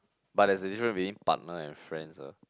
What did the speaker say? but there's a difference between partner and friends ah